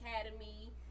academy